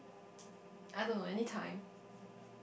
<S?